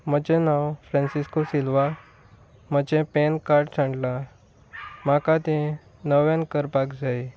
म्हजें नांव Francisco Silva म्हजें पॅनकार्ड सांडलां म्हाका तें नव्यान करपाक जाय